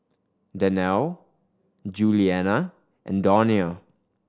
Danelle Giuliana and Donia